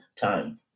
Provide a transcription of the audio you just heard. time